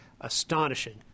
Astonishing